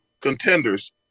contenders